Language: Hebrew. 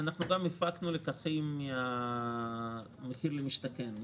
גם הפקנו לקחים ממחיר למשתכן,